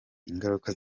ingaruka